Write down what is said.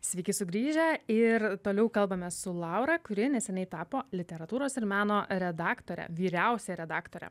sveiki sugrįžę ir toliau kalbamės su laura kuri neseniai tapo literatūros ir meno redaktore vyriausiąja redaktore